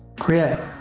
creator.